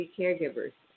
caregivers